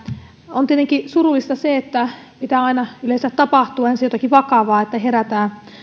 on tietenkin surullista se että pitää aina yleensä ensin tapahtua jotakin vakavaa niin että herätään